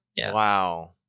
Wow